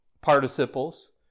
participles